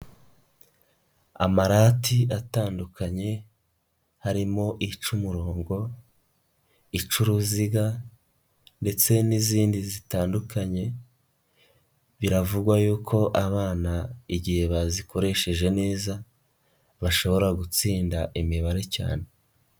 Amarati atandukanye harimo ica umurongo, ica uruziga ndetse n'izindi zitandukanye biravugwa yuko abana igihe bazikoresheje neza bashobora gutsinda imibare cyane.